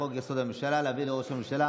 ממשלתיים (פרטי הורים),